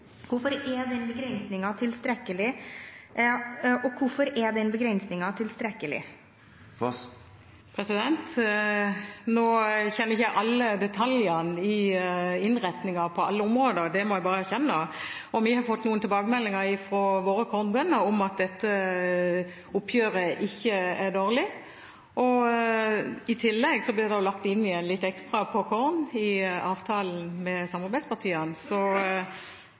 hvorfor er den begrensningen tilstrekkelig? Nå kjenner ikke jeg alle detaljene i innretningen på alle områder. Det må jeg bare erkjenne. Vi har fått noen tilbakemeldinger fra våre kornbønder om at dette oppgjøret ikke er dårlig, og det ble i tillegg lagt inn litt ekstra på korn i avtalen med samarbeidspartiene, så